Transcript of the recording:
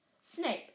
Snape